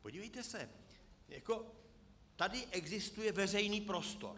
Podívejte se, tady existuje veřejný prostor.